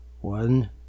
one